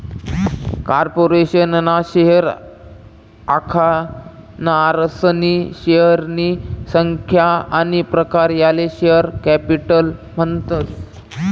corporation ना share आखनारासनी शेअरनी संख्या आनी प्रकार याले शेअर कॅपिटल म्हणतस